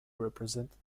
represented